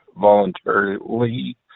voluntarily